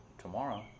tomorrow